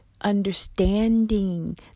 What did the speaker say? understanding